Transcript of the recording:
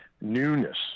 newness